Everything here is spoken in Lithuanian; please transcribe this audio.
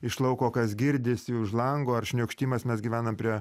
iš lauko kas girdisi už lango ar šniokštimas mes gyvenam prie